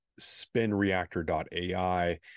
spinreactor.ai